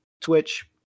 Twitch